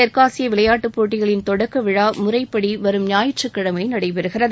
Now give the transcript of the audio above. தெற்காசிய விளையாட்டுப் போட்டிகளின் தொடக்க விழா முறைப்படி வரும் ஞாயிற்றுக்கிழமை தொடங்குகிறது